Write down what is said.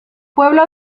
pueblo